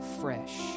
fresh